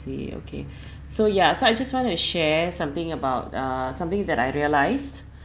see okay so ya so I just wantna share something about uh something that I've realised